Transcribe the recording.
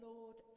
Lord